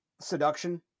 seduction